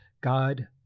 God